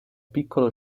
piccolo